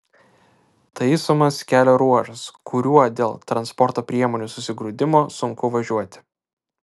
taisomas kelio ruožas kuriuo dėl transporto priemonių susigrūdimo sunku važiuoti